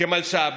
מלש"ב